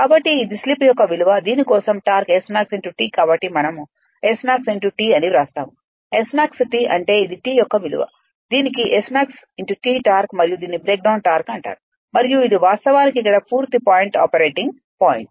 కాబట్టి ఇది స్లిప్ యొక్క విలువ దీని కోసం టార్క్ Smax T కాబట్టిమనం Smax T ని వ్రాస్తాము Smax T అంటే ఇది T యొక్క విలువ దీనికి Smax T టార్క్ మరియు దీనిని బ్రేక్ డౌన్ టార్క్ అంటారు మరియు ఇది వాస్తవానికి ఇక్కడ పూర్తి పాయింట్ ఆపరేటింగ్ పాయింట్